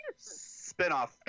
Spinoff